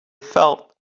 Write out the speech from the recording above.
felt